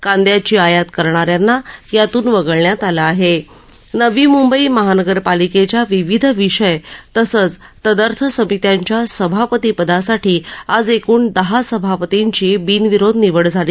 कांदयाची आयात करणाऱ्यांना यातून वगळण्यात आलं आह नवी मुंबई महानगरपालिकाच्या विविध विषय तसंच तदर्थ समित्यांच्या सभापतीपदासाठी आज एकृण दहा सभापतींची बिनविरोध निवड झाली